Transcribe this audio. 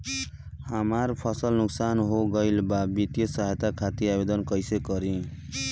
हमार फसल नुकसान हो गईल बा वित्तिय सहायता खातिर आवेदन कइसे करी?